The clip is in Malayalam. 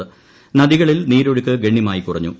ന്ദികളിൽ നീരൊഴുക്ക് ഗണ്യമായി കുറഞ്ഞു